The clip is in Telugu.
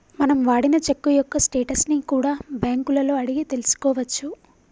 మనం వాడిన చెక్కు యొక్క స్టేటస్ ని కూడా బ్యేంకులలో అడిగి తెల్సుకోవచ్చు